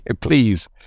please